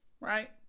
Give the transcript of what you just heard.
right